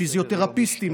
פיזיותרפיסטים,